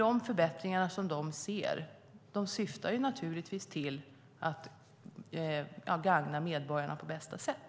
De förbättringar som de ser syftar naturligtvis till att gagna medborgarna på bästa sätt.